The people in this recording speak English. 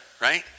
Right